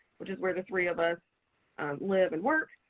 which is where the three of us live and work,